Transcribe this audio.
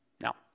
Now